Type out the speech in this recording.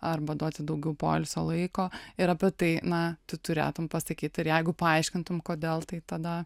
arba duoti daugiau poilsio laiko ir apie tai na tu turėtum pasakyt ir jeigu paaiškintum kodėl tai tada